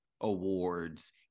awards